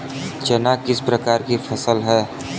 चना किस प्रकार की फसल है?